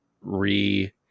re